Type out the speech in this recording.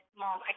mom